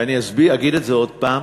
ואני אגיד את זה עוד פעם,